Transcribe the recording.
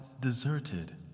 deserted